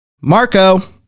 Marco